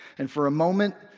and for a moment,